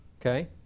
Okay